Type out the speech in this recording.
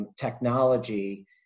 technology